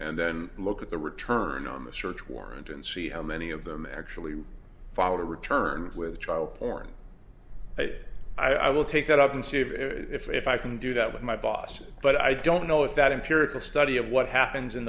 and then look at the return on the search warrant and see how many of them actually follow return with child porn i will take that up and see if i can do that with my boss but i don't know if that empirical study of what happens in